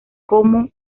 como